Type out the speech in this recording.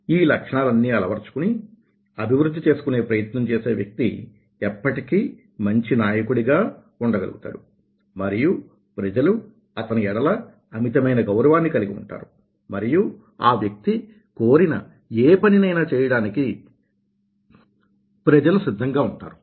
ఈ లక్షణాలన్నీ అలవర్చుకుని అభివృద్ధి చేసుకునే ప్రయత్నం చేసే వ్యక్తి ఎప్పటికీ మంచి నాయకుడిగా ఉండ గలుగుతాడు మరియు ప్రజలు అతని ఎడల అమితమైన గౌరవాన్ని కలిగి ఉంటారు మరియు ఆ వ్యక్తి కోరిన ఏ పనినైనా చేయడానికి ప్రజలు సిద్ధంగా ఉంటారు